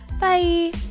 Bye